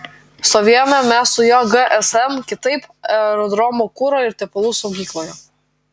stovėjome mes su juo gsm kitaip aerodromo kuro ir tepalų saugykloje